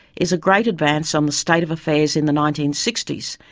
is a great advance on the state of affairs in the nineteen sixty s,